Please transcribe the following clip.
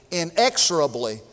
inexorably